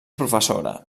professora